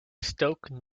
stoke